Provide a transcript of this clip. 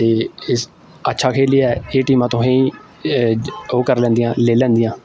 ते इस अच्छा खेलियै एह् टीमां तुसेंगी ओह् करी लैंदियां लेई लैंदियां